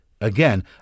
again